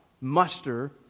muster